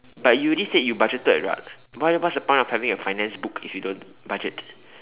but you already said you budgeted [what] what what's the point of having a finance book if you don't budget